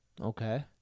Okay